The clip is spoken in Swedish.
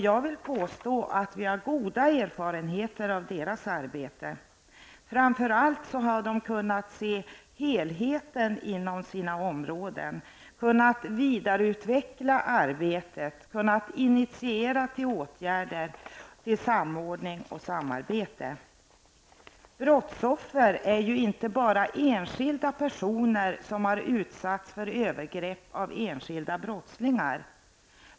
Jag vill påstå att vi har goda erfarenheter av deras arbete. Framför allt har de kunnat se helheten inom sina områden. De har kunnat vidareutveckla arbetet och initiera till åtgärder och till samordning och samarbete. Brottsoffer är ju inte bara enskilda personer som har utsatts för övergrepp av enskilda brottslingar.